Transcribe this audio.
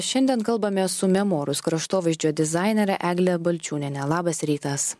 šiandien kalbamės su memorus kraštovaizdžio dizainere egle balčiūniene labas rytas